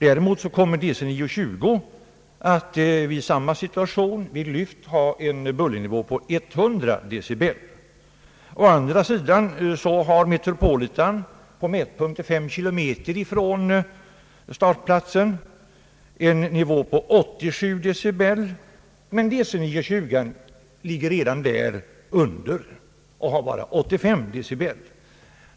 Däremot kommer DC 9-20 i samma situation att ha en bullernivå på 100 decibel. Å andra sidan har Metropolitan på mätpunkter 5 kilometer från startplatsen en bullernivå på 87 decibel, medan DC 9-20 redan där ligger under denna bullernivå och bara har 85 decibel.